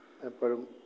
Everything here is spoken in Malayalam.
എപ്പോഴും